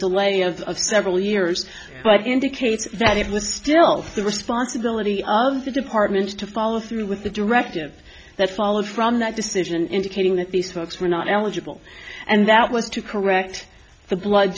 delay of several years but indicate that it was still the responsibility of the department to follow through with the directive that followed from that decision indicating that these folks were not eligible and that was to correct the blood